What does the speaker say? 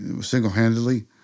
single-handedly